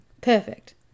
perfect